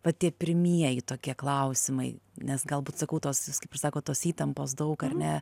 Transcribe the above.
va tie pirmieji tokie klausimai nes galbūt sakau tos jūs kaip ir sakot tos įtampos daug ar ne